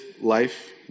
life